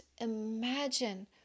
imagine